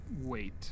wait